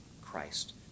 Christ